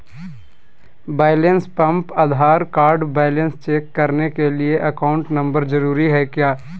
Balance pump Aadhaar card balance check करने के लिए अकाउंट नंबर जरूरी है क्या?